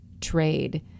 trade